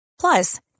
Plus